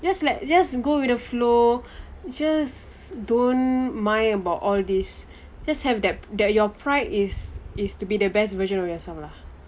just like just go with the flow just don't mind about all this let's have that that your pride is is to be the best version of yourself lah